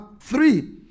three